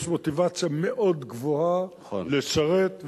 יש מוטיבציה מאוד גבוהה לשרת, נכון.